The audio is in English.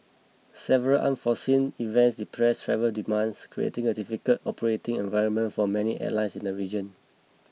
several unforeseen events depressed travel demands creating a difficult operating environment for many airlines in the region